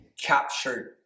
captured